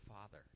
Father